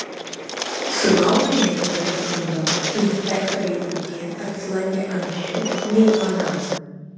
sulaukę netikėto skundo inspektoriai ūkyje apsilankė anksčiau nei planavo